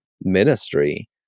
ministry